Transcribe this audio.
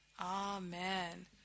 Amen